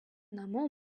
namų